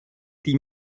die